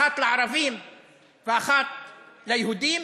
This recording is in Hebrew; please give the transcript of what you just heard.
אחת לערבים ואחת ליהודים?